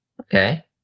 Okay